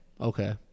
Okay